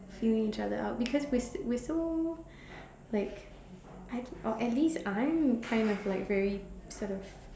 feeling each other out because we're we're so like I or at least I'm kind of like very sort of